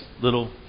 little